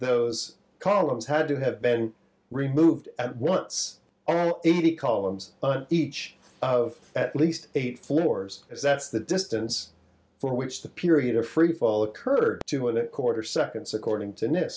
those columns had to have been removed at once and eighty columns on each of at least eight floors if that's the distance for which the period of freefall occurred to a quarter seconds according to ni